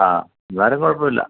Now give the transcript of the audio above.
അ എന്നാലും കുഴപ്പമില്ല